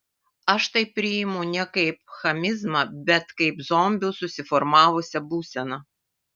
aš tai priimu ne kaip chamizmą bet kaip zombių susiformavusią būseną